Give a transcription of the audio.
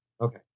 okay